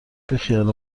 بیخیال